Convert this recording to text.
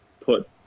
put